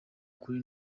kuri